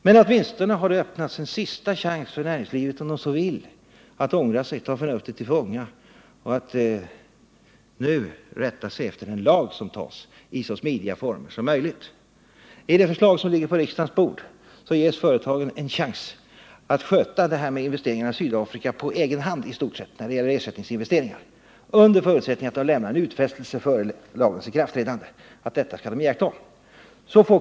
Men det har ändå öppnats en sista chans för näringslivet, om det så vill, att ångra sig, att ta sitt förnuft till fånga och nu rätta sig efter den lag som beslutas — i så smidiga former som möjligt. I det förslag som ligger på riksdagens bord ges företagen en chans att sköta ersättningsinvesteringarna i Sydafrika på egen hand i stort sett, under förutsättning att de före lagens ikraftträdande lämnar en utfästelse om att de inte skall expandera sin verksamhet.